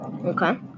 Okay